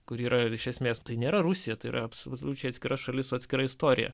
kur yra iš esmės tai nėra rusija tai yra absoliučiai atskira šalis su atskira istorija